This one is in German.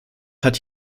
hat